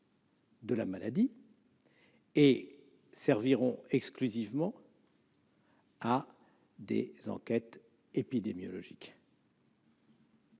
de la maladie et serviront exclusivement à des enquêtes épidémiologiques.